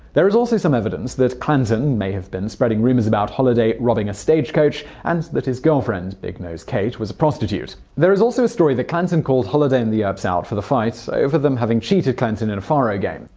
there is also some evidence that clanton may have been spreading rumors about holliday robbing a stagecoach and that his girlfriend, big nose kate, was a prostitute. there is also a story that clanton called holliday and the earps out for the fight over they having cheated clanton in a faro game.